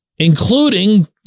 including